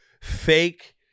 fake